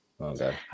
okay